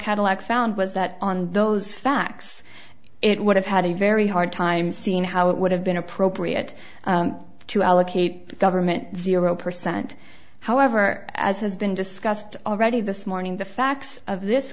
cadillac found was that on those facts it would have had a very hard time seeing how it would have been appropriate to allocate government zero percent however as has been discussed already this morning the facts of this